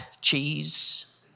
cheese